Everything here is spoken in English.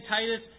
Titus